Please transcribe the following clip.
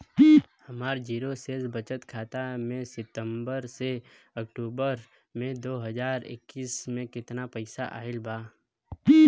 हमार जीरो शेष बचत खाता में सितंबर से अक्तूबर में दो हज़ार इक्कीस में केतना पइसा आइल गइल बा?